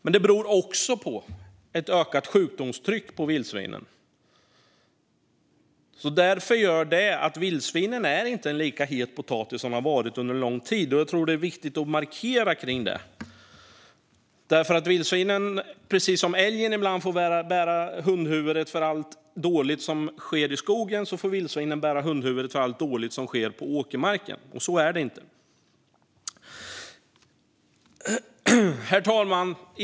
Men det beror också på ett ökat sjukdomstryck på vildsvinen. Detta gör att vildsvinen inte är en lika het potatis som de varit under lång tid. Jag tror att det är viktigt att markera det. Precis som älgen ibland får bära hundhuvudet för allt dåligt som sker i skogen får vildsvinen bära hundhuvudet för allt dåligt som sker på åkermarken. Så är det inte. Herr talman!